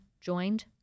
joined